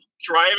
driving